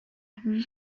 her